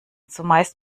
zumeist